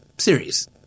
Series